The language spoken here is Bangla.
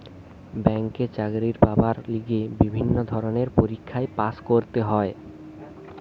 ব্যাংকে চাকরি পাবার লিগে বিভিন্ন ধরণের পরীক্ষায় পাস্ করতে হয়